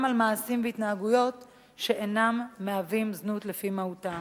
על מעשים והתנהגויות שאינם מהווים זנות לפי מהותם.